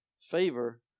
favor